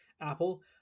Apple